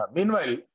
Meanwhile